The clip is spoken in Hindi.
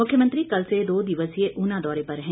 मुख्यमंत्री कल से दो दिवसीय उना दौरे पर हैं